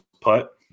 putt